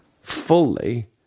fully